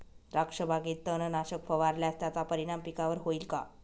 द्राक्षबागेत तणनाशक फवारल्यास त्याचा परिणाम पिकावर होईल का?